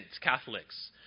Catholics